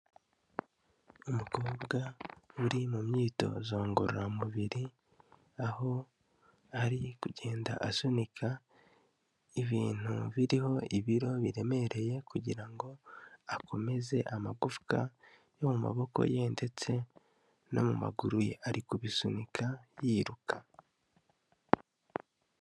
Umukobwa uri mu myitozo ngororamubiri, aho ari kugenda asunika ibintu biriho ibiro biremereye, kugira ngo akomeze amagufwa yo mu maboko ye, ndetse no mu maguru ye, ari kubisunika yiruka.